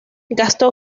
gastó